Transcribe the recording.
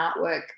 artwork